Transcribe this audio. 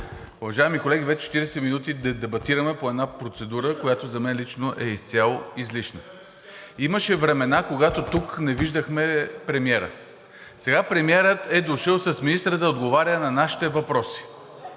Уважаеми колеги, вече 40 минути дебатираме по една процедура, която, за мен лично, е изцяло излишна. Имаше времена, когато тук не виждахме премиера. Сега премиерът е дошъл с министъра да отговаря на нашите въпроси